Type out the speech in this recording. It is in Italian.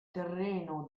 terreno